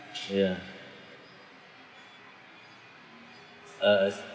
ya uh